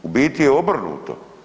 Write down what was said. U biti je obrnuto.